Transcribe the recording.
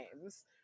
names